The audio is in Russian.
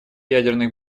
ядерных